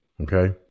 Okay